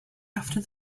after